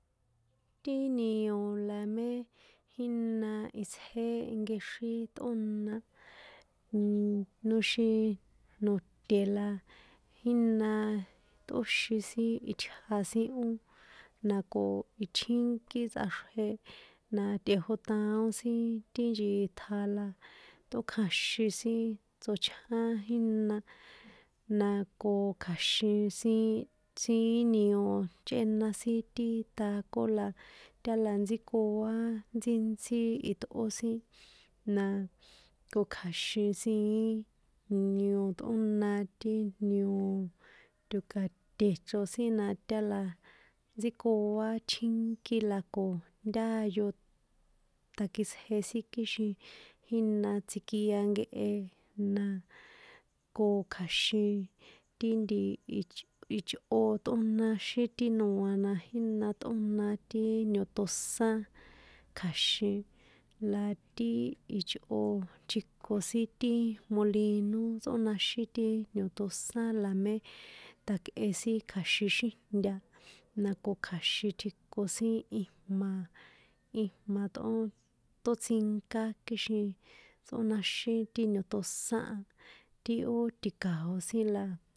Ti nio la mé jína itjsé nkexrín tꞌóna, nnn, noxin note̱ la jína tꞌóxin sin itja sin o, na ko ichjinki tsꞌaxrje na tꞌeotaón sin ti nchitja la, tꞌókjaxin sin tsochján jína, na ko kja̱xin sin, siín nio chꞌéna sin ti taco la, ta la ntsíkoá ntsíntsí itꞌó sin, na ko kja̱xin siín nio tꞌóna ti niooo, to̱kaṭe̱ chro sin na tála ntsíkoá tjínkí la ko ntáyo, takitsje sin kixin jína tsjikia nkehe, na ko kja̱xin ti nti ichꞌó tꞌónaxín ti noa na jína tꞌóna ti niotosán kja̱xin la ti ichꞌo tjiko sin ti molino tsꞌónaxín ti niotosán la mé tjakꞌe sin kja̱xin xíjnta, na ko kja̱xin tjiko sin ijma̱, ijma̱ tꞌó, tótsinká kixin tsꞌónaxín ti niotosán a, ti ó ti̱kao̱ sin la.